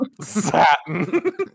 satin